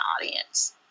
audience